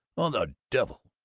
oh, the devil!